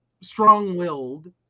strong-willed